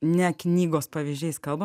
ne knygos pavyzdžiais kalbam